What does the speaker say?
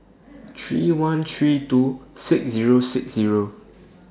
three one three two six Zero six Zero